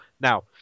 Now